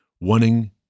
wanting